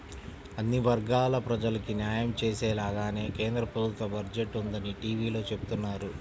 అన్ని వర్గాల ప్రజలకీ న్యాయం చేసేలాగానే కేంద్ర ప్రభుత్వ బడ్జెట్ ఉందని టీవీలో చెబుతున్నారు